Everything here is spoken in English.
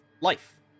life